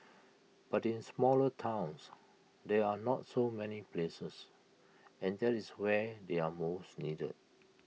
but in smaller towns there are not so many places and that is where they are most needed